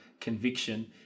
conviction